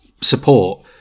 support